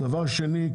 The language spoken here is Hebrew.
דבר שני,